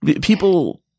People